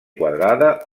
quadrada